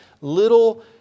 little